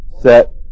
set